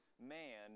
man